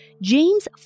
James